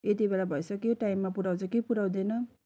यति बेला भइसक्यो टाइममा पुऱ्याउँछ कि पुऱ्याउँदैन